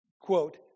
Quote